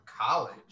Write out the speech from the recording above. college